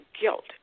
guilt